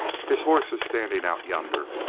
his hoss is standing out yonder.